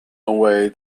away